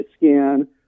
scan